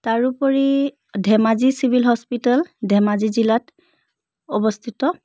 তাৰোপৰি Dhemaji civil hospital Dhemaji জিলাত অৱস্থিত